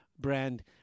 brand